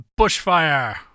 Bushfire